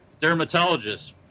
Dermatologist